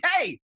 hey